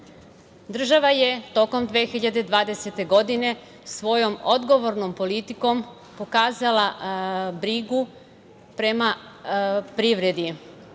Država je tokom 2020. godine svojom odgovornom politikom pokazala brigu prema privredu.